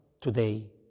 today